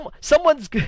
someone's